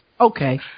okay